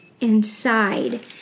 inside